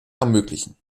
ermöglichen